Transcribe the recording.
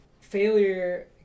Failure